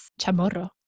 Chamorro